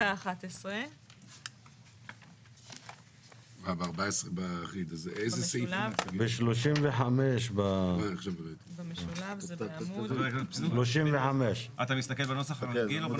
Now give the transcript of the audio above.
פסקה 11. לירון,